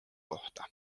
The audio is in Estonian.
kohta